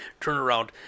turnaround